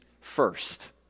First